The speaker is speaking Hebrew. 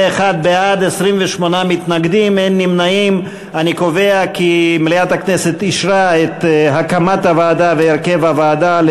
הצעת ועדת הכנסת בדבר הקמת הוועדה המיוחדת